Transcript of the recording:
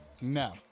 No